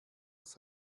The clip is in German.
das